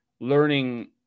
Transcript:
learning